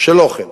ולא כן.